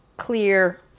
clear